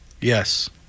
Yes